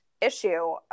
issue